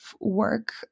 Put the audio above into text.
work